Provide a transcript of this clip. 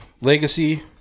Legacy